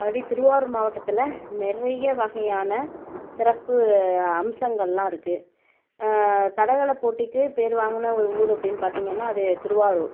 அப்படி திருவாரூர் மாவட்டத்தில் நிறைய வகையான சிறப்பு அம்சங்களெலாம் இருக்குது தடகள போட்டிக்கு பேர் வாங்கின ஒரு ஊர் அப்படின் பார்த்திங்கன்னா அது திருவாரூர்